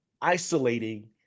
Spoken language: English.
isolating